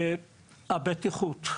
הבטיחות.